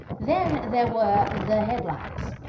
then, there were the headlines